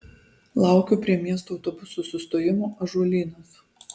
laukiu prie miesto autobusų sustojimo ąžuolynas